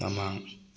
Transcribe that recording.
ꯃꯃꯥꯡ